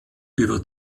über